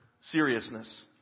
seriousness